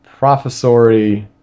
professory